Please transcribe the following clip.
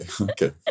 okay